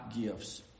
gifts